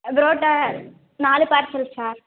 புரோட்டா நாலு parcel sir